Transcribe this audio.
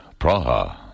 Praha